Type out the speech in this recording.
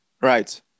right